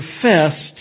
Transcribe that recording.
professed